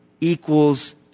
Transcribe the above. equals